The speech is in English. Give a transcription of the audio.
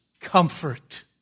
comfort